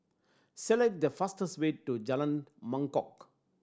select the fastest way to Jalan Mangkok